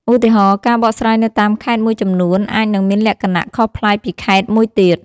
ឧទាហរណ៍ ការបកស្រាយនៅតាមខេត្តមួយចំនួនអាចនឹងមានលក្ខណៈខុសប្លែកពីខេត្តមួយទៀត។